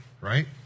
right